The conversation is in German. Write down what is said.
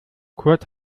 kurt